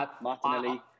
Martinelli